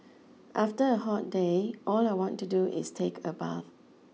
after a hot day all I want to do is take a bath